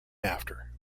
after